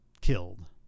killed